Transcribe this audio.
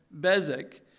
Bezek